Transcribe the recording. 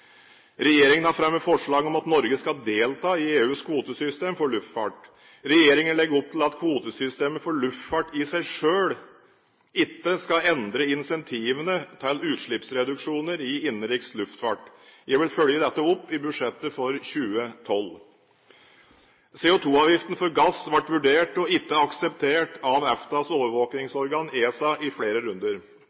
Regjeringen har fremmet forslag om at Norge skal delta i EUs kvotesystem for luftfart. Regjeringen legger opp til at kvotesystemet for luftfart i seg selv ikke skal endre incentivene til utslippsreduksjoner i innenriks luftfart. Jeg vil følge dette opp i budsjettet for 2012. CO2-avgiften for gass ble vurdert og ikke akseptert av EFTAs overvåkingsorgan, ESA, i flere runder.